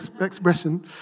expression